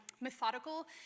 methodical